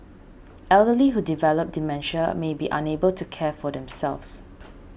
elderly who develop dementia may be unable to care for themselves